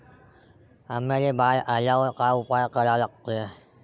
आंब्याले बार आल्यावर काय उपाव करा लागते?